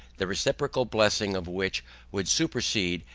the reciprocal blessing of which, would supersede,